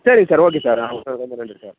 சரிங்க sir okay sir ஆ ரெண்டு சார்